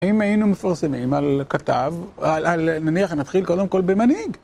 אם היינו מפרסמים על כתב, נניח, נתחיל קודם כל במנהיג.